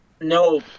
No